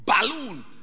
Balloon